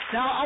Now